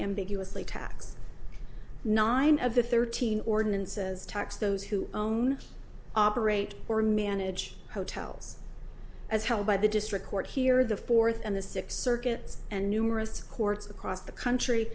ambiguously tax nine of the thirteen ordinances tax those who own operate or manage hotels as held by the district court here the fourth and the six circuits and numerous courts across the country